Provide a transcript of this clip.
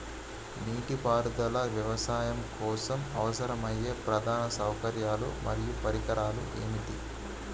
నీటిపారుదల వ్యవసాయం కోసం అవసరమయ్యే ప్రధాన సౌకర్యాలు మరియు పరికరాలు ఏమిటి?